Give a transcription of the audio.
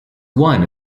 one